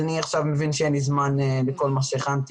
שאני מבין שאין לי זמן לומר את כל מה שהכנתי